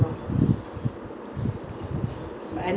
we only know him very vaguely